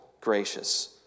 gracious